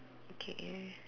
okay